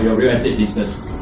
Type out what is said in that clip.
you know real estate business?